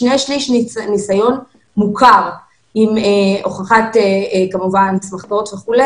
שני שלישים ניסיון מוכר עם אסמכתאות וכולי,